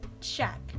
check